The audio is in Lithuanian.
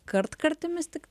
kartkartėmis tik